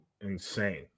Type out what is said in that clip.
insane